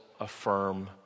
affirm